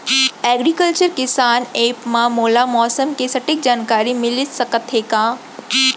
Agriculture किसान app मा मोला मौसम के सटीक जानकारी मिलिस सकत हे का?